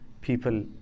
people